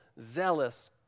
zealous